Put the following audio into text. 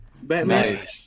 Batman